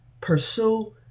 pursue